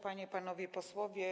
Panie i Panowie Posłowie!